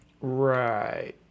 right